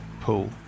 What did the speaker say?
pool